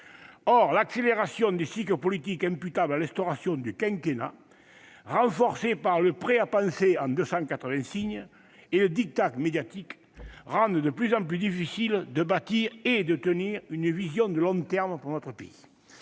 Or l'accélération des cycles politiques imputable à l'instauration du quinquennat, renforcée par le prêt à penser en 280 signes et le diktat médiatique, fait qu'il est de plus en plus difficile de bâtir et de tenir une vision de long terme pour notre pays.